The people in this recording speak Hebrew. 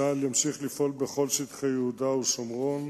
צה"ל ימשיך לפעול בכל שטחי יהודה ושומרון